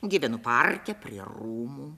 gyvenu parke prie rūmų